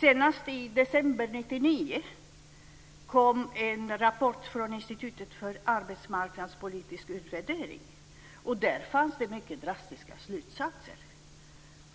Senast i december 1999 kom en rapport från Institutet för arbetsmarknadspolitisk utvärdering, och där dras mycket drastiska slutsatser.